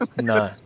No